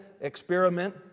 experiment